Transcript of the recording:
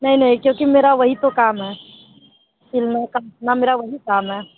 नहीं नहीं क्योंकि मेरा वही तो काम है सिलना काटना मेरा वही तो काम है